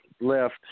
left